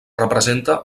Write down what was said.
representa